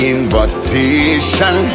Invitation